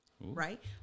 right